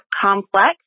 complex